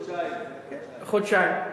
זה היה לפני חודשיים.